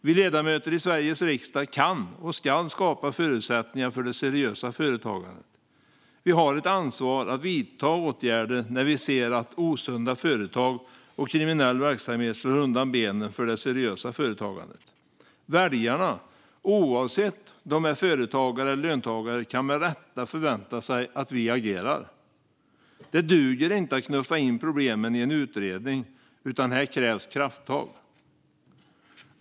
Vi ledamöter i Sveriges riksdag kan och ska skapa förutsättningar för det seriösa företagandet. Vi har ett ansvar att vidta åtgärder när vi ser att osunda företag och kriminell verksamhet slår undan benen för det seriösa företagandet. Väljarna, oavsett om de är företagare eller löntagare, kan med rätta förvänta sig att vi agerar. Det duger inte att knuffa in problemen i en utredning. Här krävs krafttag.